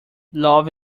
love